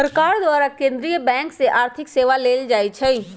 सरकार द्वारा केंद्रीय बैंक से आर्थिक सेवा लेल जाइ छइ